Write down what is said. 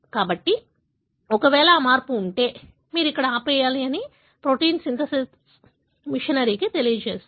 కాబట్టి మీకు మార్పు ఉంటే మీరు ఇక్కడ ఆపేయాలి అని ప్రోటీన్ సింథటిక్ మెషినరీకి తెలియజేస్తుంది